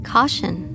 Caution